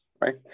right